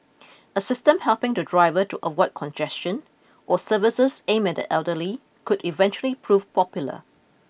a system helping the driver to avoid congestion or services aimed at the elderly could eventually prove popular